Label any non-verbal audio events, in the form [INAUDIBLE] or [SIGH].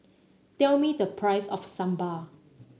tell me the [NOISE] price of sambal